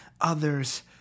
others